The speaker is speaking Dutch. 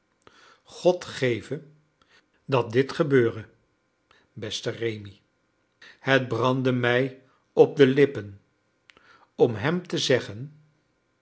god geve dat dit gebeure beste rémi het brandde mij op de lippen om hem te zeggen